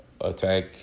attack